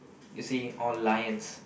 you see all lions